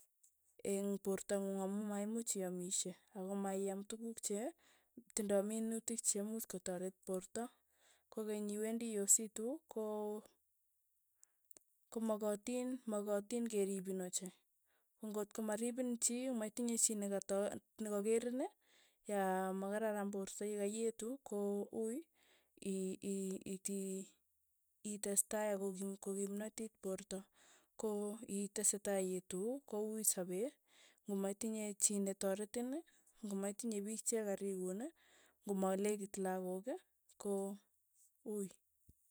Eng; porto ng'ung amu maimuch iaamishe akomaiaam tukuk che tindoi minutik che imuch kotaret porto, kokeny iwendi iositu, ko komakatin makatin keripin ochei, ko ng'ot ko maripin chii, metinye chii nakata nekakerin ya makararan porto yikaietu, ko uuy ii- i- iti itestai ako kim ko kimnatit porto, ko itesetai ietu ko uuy sapee ng'o maitinye chii netoretin ng'omaitinye piik che karikun, ng'o malekit lakok, ko uuy.